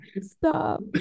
stop